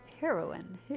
Heroine